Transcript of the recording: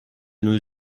nos